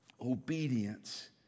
obedience